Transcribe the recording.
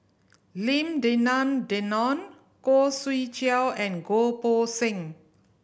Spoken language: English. Lim Denan Denon Khoo Swee Chiow and Goh Poh Seng